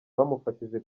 abamufashije